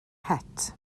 het